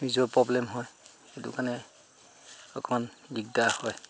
নিজৰ প্ৰব্লেম হয় সেইটো কাৰণে অকণমান দিগদাৰ হয়